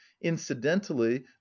incidentally